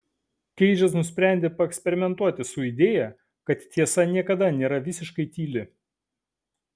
keidžas nusprendė paeksperimentuoti su idėja kad tiesa niekada nėra visiškai tyli